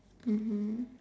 mmhmm